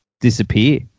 disappear